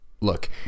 look